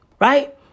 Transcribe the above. right